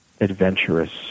adventurous